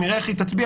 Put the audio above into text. נראה איך היא תצביע,